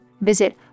Visit